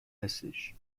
هستش